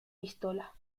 pistola